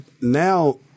now